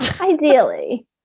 Ideally